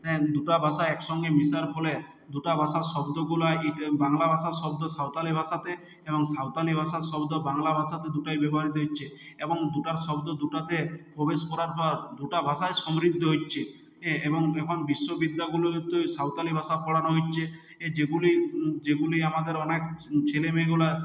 দুটো ভাষা একসঙ্গে মেশার ফলে দুটো ভাষার শব্দগুলো বাংলা ভাষার শব্দ সাঁওতালি ভাষাতে এবং সাঁওতালি ভাষার শব্দ বাংলা ভাষাতে দুটোই ব্যবহৃত হচ্ছে এবং দুটোর শব্দ দুটোতে প্রবেশ করার পর দুটো ভাষাই সমৃদ্ধ হচ্ছে এবং এখন বিশ্ববিদ্যালয়গুলোতে সাঁওতালি ভাষা পড়ানো হচ্ছে যেগুলি আমাদের অনেক ছেলেমেয়েগুলো